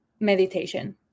meditation